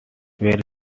were